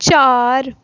चार